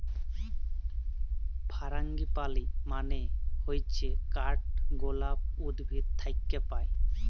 ফারাঙ্গিপালি মানে হচ্যে কাঠগলাপ উদ্ভিদ থাক্যে পায়